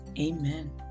Amen